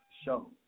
Show